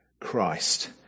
christ